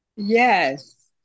Yes